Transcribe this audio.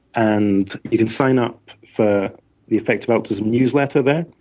and you can sign up for the effective altruism newsletter there.